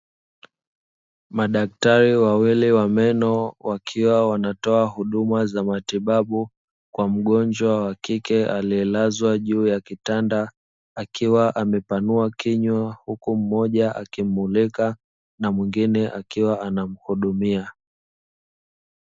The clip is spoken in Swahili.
Madaktari wawili wa meno wakiwa wanatoa huduma za matibabu kwa mgonjwa wa kike aliyelazwa juu ya kitanda, akiwa amepanua kinywa; huku mmoja akimmulika na mwingine akiwa anamhudumia.